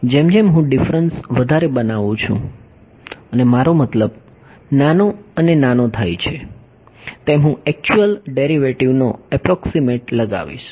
જેમ જેમ હું ડિફરન્સ વધારે બનાવું છું અને મારો મતલબ નાનો અને નાનો થાય છે તેમ હું એક્ચ્યુયલ ડેરિવેટિવનો એપ્રોક્સીમેટ લગાવીશ